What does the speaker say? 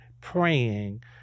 praying